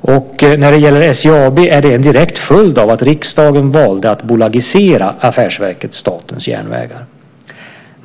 och, när det gäller SJ AB, är det en direkt följd av att riksdagen valde att bolagisera affärsverket Statens järnvägar.